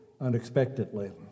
unexpectedly